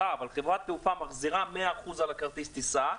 אבל חברת תעופה מחזירה 100% על כרטיס טיסה.